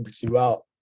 throughout